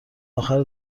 اخر